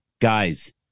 guys